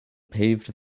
paved